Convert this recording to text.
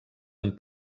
amb